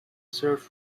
served